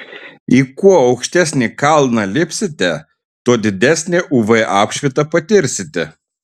į kuo aukštesnį kalną lipsite tuo didesnę uv apšvitą patirsite